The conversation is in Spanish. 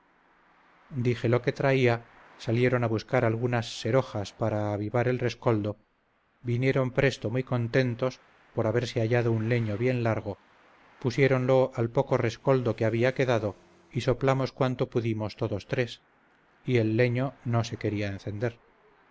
dije lo que traía salieron a buscar algunas serojas para avivar el rescoldo vinieron presto muy contentos por haberse hallado un leño bien largo pusiéronlo al poco rescoldo que había quedado y soplamos cuanto pudimos todos tres y el leño no se quería encender